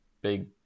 big